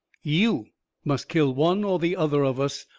you must kill one or the other of us,